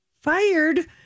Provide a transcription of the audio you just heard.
fired